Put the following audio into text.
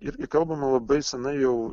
irgi kalbama labai seniai jau